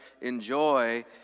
enjoy